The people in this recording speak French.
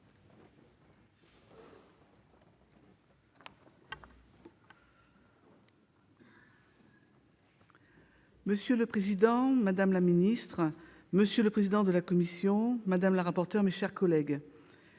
Monsieur le président, madame la secrétaire d'État, monsieur le président de la commission, madame la rapporteur, mes chers collègues,